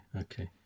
Okay